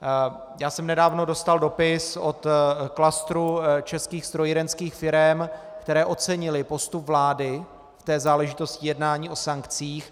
Já jsem nedávno dostal dopis od klastru českých strojírenských firem, které ocenily postup vlády v té záležitosti jednání o sankcích.